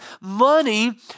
money